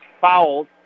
fouled